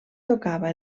tocava